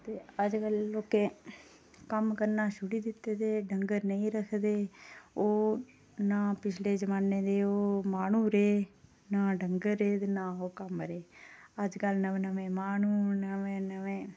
ते अजकल लोकें कम्म करना छुड़ी दित्ते दे डंगर नेईं रखदे न ओह् पिच्छले जमानै दे माह्नू रेह् ना डंगर रेह् ते ना ओह् कम्म रेह् अज्जकल नमें नमें माह्नूं नमें नमें